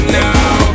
now